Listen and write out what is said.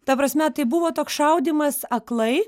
ta prasme tai buvo toks šaudymas aklai